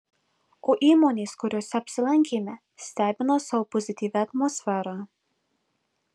o įmonės kuriose apsilankėme stebina savo pozityvia atmosfera